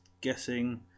guessing